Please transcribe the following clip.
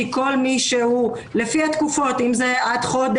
אתם באים לבקש ממני אישור ולא העברתם חומר